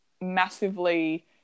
massively